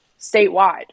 statewide